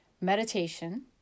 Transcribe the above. meditation